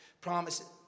Promises